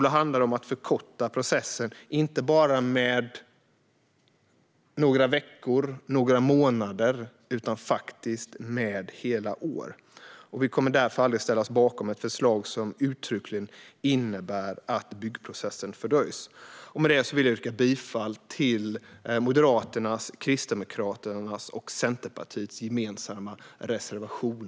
Då handlar det om att förkorta processen, inte bara med några veckor eller månader utan med hela år. Vi kommer därför aldrig att ställa oss bakom ett förslag som uttryckligen innebär att byggprocessen fördröjs. Med det vill jag yrka bifall till Moderaternas, Kristdemokraternas och Centerpartiets gemensamma reservation.